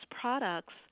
products